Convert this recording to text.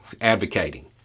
advocating